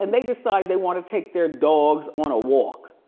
and they decided they want to take their dogs on a walk.